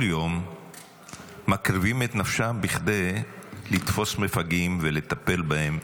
כל יום מקריבים את נפשם בכדי לתפוס מפגעים ולטפל בהם.